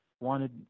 wanted